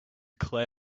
clear